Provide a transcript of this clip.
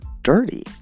dirty